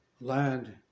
land